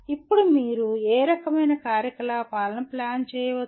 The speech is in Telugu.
ఇప్పుడు మీరు ఏ రకమైన కార్యకలాపాలను ప్లాన్ చేయవచ్చు